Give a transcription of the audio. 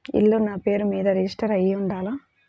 ఇల్లు నాపేరు మీదే రిజిస్టర్ అయ్యి ఉండాల?